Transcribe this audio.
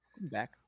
Back